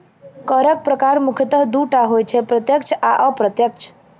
करक प्रकार मुख्यतः दू टा होइत छै, प्रत्यक्ष आ अप्रत्यक्ष